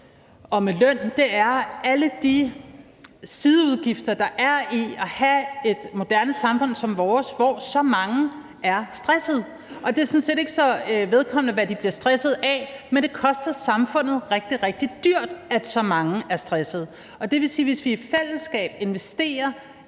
og med løn, er alle de sideudgifter, der er i at have et moderne samfund som vores, hvor så mange er stressede. Det er sådan set ikke så vedkommende, hvad de bliver stresset af, men det koster samfundet rigtig dyrt, at så mange er stressede. Det vil sige, at hvis vi i fællesskab investerer i